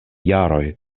jaroj